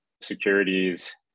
securities